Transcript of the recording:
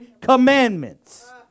commandments